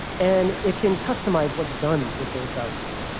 and it can customize what's done with those values.